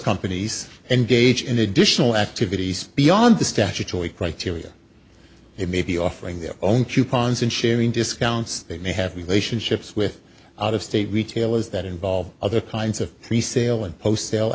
companies engage in additional activities beyond the statutory criteria they may be offering their own coupons and sharing discounts they may have relationships with out of state retailers that involve other kinds of resale and post